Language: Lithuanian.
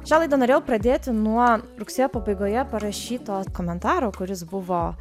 šią laidą norėjau pradėti nuo rugsėjo pabaigoje parašyto komentaro kuris buvo